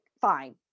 fine